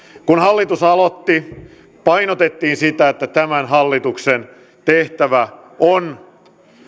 kun hallitus aloitti painotettiin sitä että tämän hallituksen tehtävä on